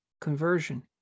conversion